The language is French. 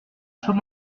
chaud